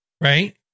right